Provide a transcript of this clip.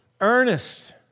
earnest